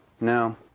No